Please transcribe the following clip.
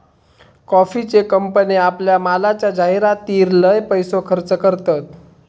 कॉफीचे कंपने आपल्या मालाच्या जाहीरातीर लय पैसो खर्च करतत